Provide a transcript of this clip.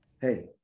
hey